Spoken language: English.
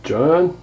John